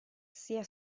sia